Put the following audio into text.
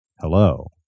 hello